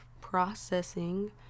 processing